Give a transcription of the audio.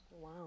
Wow